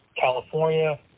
California